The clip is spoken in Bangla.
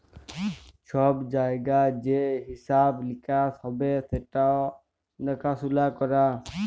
ছব জায়গায় যে হিঁসাব লিকাস হ্যবে সেট দ্যাখাসুলা ক্যরা